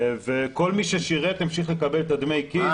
כל מי ששירת, ימשיך לקבל את דמי הכיס שלו.